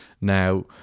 Now